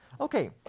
Okay